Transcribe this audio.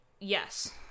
Yes